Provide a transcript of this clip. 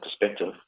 perspective